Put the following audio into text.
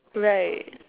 right